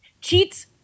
cheats